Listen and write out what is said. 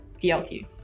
DLT